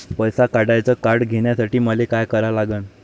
पैसा काढ्याचं कार्ड घेण्यासाठी मले काय करा लागन?